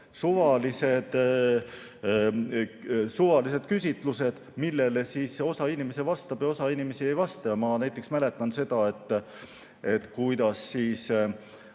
suvalised küsitlused, millele osa inimesi vastab ja osa inimesi ei vasta. Ma näiteks mäletan seda, kuidas omal